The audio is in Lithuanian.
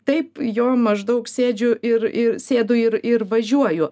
taip jo maždaug sėdžiu ir ir sėdu ir ir važiuoju